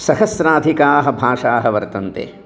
सहस्राधिकाः भाषाः वर्तन्ते